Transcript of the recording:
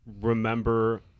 remember